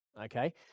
Okay